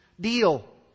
deal